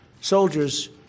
soldiers